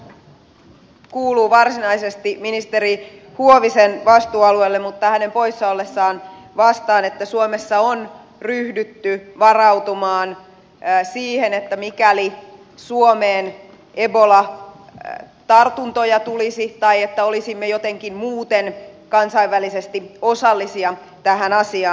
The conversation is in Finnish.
tämä kuuluu varsinaisesti ministeri huovisen vastuualueelle mutta hänen poissa ollessaan vastaan että suomessa on ryhdytty varautumaan siihen mikäli suomeen ebola tartuntoja tulisi tai olisimme jotenkin muuten kansainvälisesti osallisia tähän asiaan